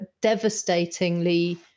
devastatingly